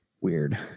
weird